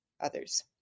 others